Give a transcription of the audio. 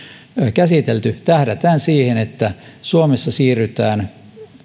käsitelty tähdätään siihen että suomessa siirrytään